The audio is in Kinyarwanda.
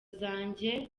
zanjye